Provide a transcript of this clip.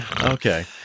Okay